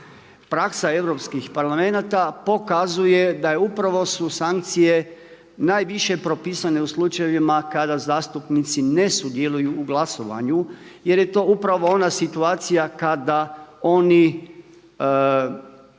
Praksa europskih parlamenata pokazuje da su upravo sankcije najviše propisane u slučajevima kada zastupnici ne sudjeluju u glasovanju jer je to upravo ona situacija kada oni